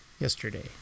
yesterday